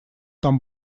там